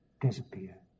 disappear